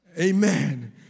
Amen